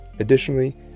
Additionally